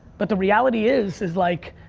but the reality is, is like,